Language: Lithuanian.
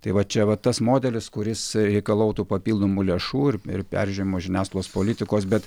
tai va čia va tas modelis kuris reikalautų papildomų lėšų ir ir peržiūrimos žiniasklaidos politikos bet